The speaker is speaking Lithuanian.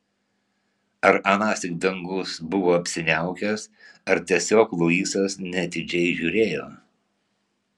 ar anąsyk dangus buvo apsiniaukęs ar tiesiog luisas neatidžiai žiūrėjo